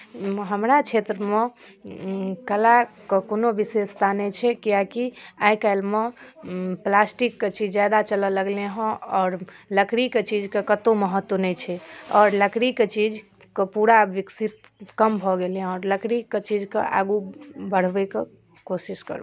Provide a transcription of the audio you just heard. हमरा क्षेत्रमे कलाके कोनो विशेषता नहि छै किएकि आइ काल्हिमे प्लास्टिकके चीज ज्यादा चलय लगलै हँ आओर लकड़ीके चीजके कतहु महत्व नहि छै आओर लकड़ीके चीजके पूरा विकसित कम भऽ गेलै हँ आओर लकड़ीके चीजकेँ आगू बढ़बयके कोशिश करू